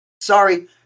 Sorry